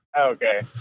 Okay